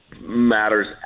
matters